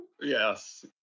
yes